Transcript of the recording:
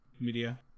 Media